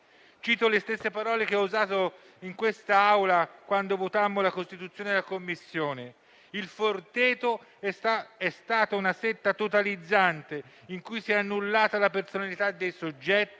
Cito le stesse parole che ho usato in quest'Aula quando votammo la legge istitutiva della Commissione: "Il Forteto" è stata una setta totalizzante in cui si è annullata la personalità dei soggetti,